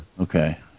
Okay